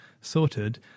sorted